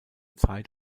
zeit